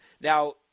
Now